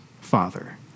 Father